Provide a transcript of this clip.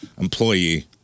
employee